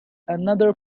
another